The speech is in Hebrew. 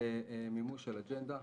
זה מימוש של אג'נדה.